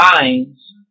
minds